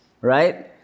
right